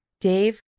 Dave